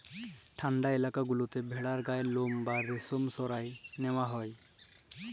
ঠাল্ডা ইলাকা গুলাতে ভেড়ার গায়ের লম বা রেশম সরাঁয় লিয়া হ্যয়